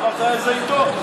לא אמרת באיזה עיתון.